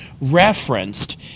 referenced